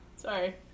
Sorry